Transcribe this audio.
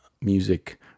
music